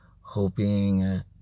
hoping